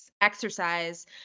exercise